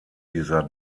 dieser